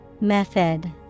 Method